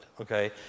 okay